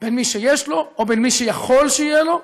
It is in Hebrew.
בין מי שיש לו, או מי שיכול שיהיה לו,